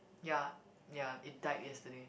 ya ya it died yesterday